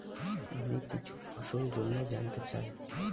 আমি কিছু ফসল জন্য জানতে চাই